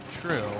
True